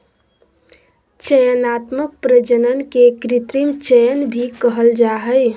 चयनात्मक प्रजनन के कृत्रिम चयन भी कहल जा हइ